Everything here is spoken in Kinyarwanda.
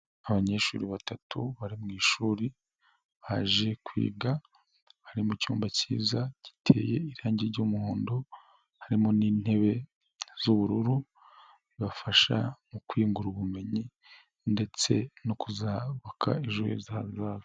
Abanyeshuri batatu bari mu ishuri baje kwiga, bari mu cyumba cyiza giteye irangi ry'umuhondo, harimo n'intebe z'ubururu, bibafasha mu kwiyungura ubumenyi, ndetse no kuzabubaka ejo hazaza.